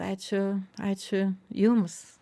ačiū ačiū jums